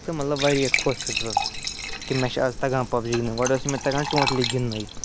تہٕ مطلب واریاہ خۄش چھُس بہٕ کہِ مےٚ چھِ اَز تگان پَب جی گِنٛدٕنۍ گۄڈٕ ٲسۍ نہٕ مےٚ تگان ٹوٹلی گِنٛدنُے